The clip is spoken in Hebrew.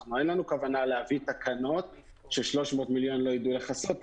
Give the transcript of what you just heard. אין לנו כוונה להביא תקנות ש-300 מיליון לא ידעו לכסות עליהן.